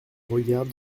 regarde